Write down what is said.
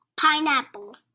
Pineapple